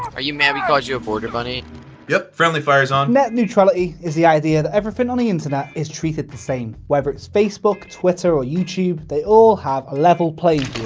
are you mad because you have border money yep friendly fire's on. net neutrality is the idea that everything on the internet is treated the same. whether it's facebook twitter or youtube they all have a level playing